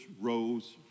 rose